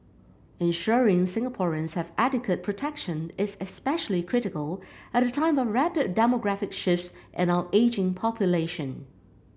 ensuring Singaporeans have adequate protection is especially critical at a time of rapid demographic shifts and our ageing population